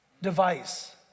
device